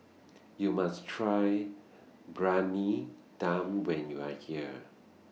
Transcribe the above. YOU must Try Briyani Dum when YOU Are here